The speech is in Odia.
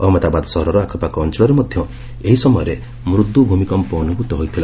ଅହଜ୍ଞଦାବାଦ ସହରର ଆଖପାଖ ଅଞ୍ଚଳରେ ମଧ୍ୟ ଏହି ସମୟରେ ମୃଦୁ ଭୂମିକମ୍ପ ଅନୁଭୂତ ହୋଇଥିଲା